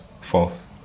False